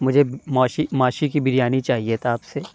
مجھے ماشی ماشی کی بریانی چاہیے تھا آپ سے